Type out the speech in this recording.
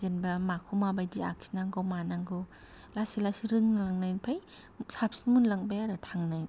जेनेबा माखौ माबायदि आखिनांगौ मानांगौ लासै लासै रोंलांनायनिफ्राय साबसिन मोनलांबाय आरो थांनो